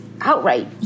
outright